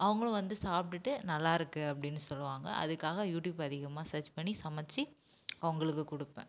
அவங்களும் வந்து சாப்பிடுட்டு நல்லா இருக்குது அப்படினு சொல்லுவாங்க அதுக்காக யூடியூப் அதிகமாக சர்ச் பண்ணி சமைச்சு அவங்களுக்கு கொடுப்பேன்